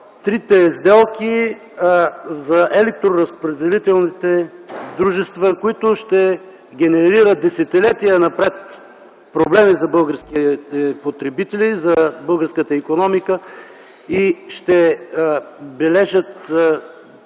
трите сделки за електроразпределителните дружества, които ще генерират десетилетия напред проблеми за българските потребители, за българската икономика и ще бележат